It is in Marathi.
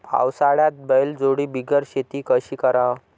पावसाळ्यात बैलजोडी बिगर शेती कशी कराव?